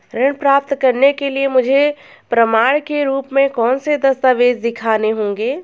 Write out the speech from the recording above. ऋण प्राप्त करने के लिए मुझे प्रमाण के रूप में कौन से दस्तावेज़ दिखाने होंगे?